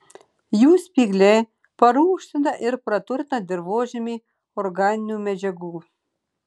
jų spygliai parūgština ir praturtina dirvožemį organinių medžiagų